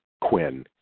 Quinn